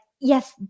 yes